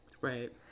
right